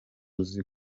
uzi